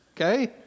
okay